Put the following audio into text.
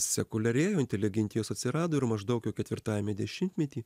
sekuliarėjo inteligentijos atsirado ir maždaug jau ketvirtajame dešimtmety